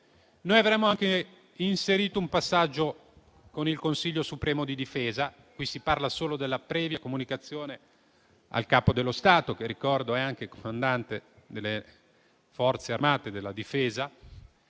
Noi avremmo anche inserito un passaggio con il Consiglio supremo di difesa, mentre qui si parla solo della previa comunicazione al Capo dello Stato che, lo ricordo, è anche comandante delle Forze armate. Da questo